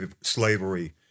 slavery